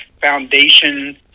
Foundation